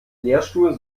lehrstuhl